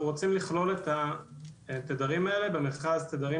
אנחנו רוצים לכלול את התדרים האלה במכרז תדרים